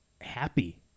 happy